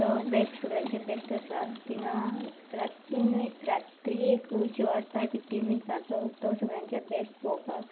तो बेस्ट सगळ्यांच्यान बेस्ट आसा तिंगा रातची रात्री एक शॉ आसता फिफ्टी मिनट्सांचो तो सगळ्यांचे बेस्ट पळोवपाक